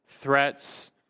threats